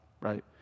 right